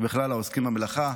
וכלל העוסקים במלאכה.